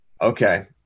Okay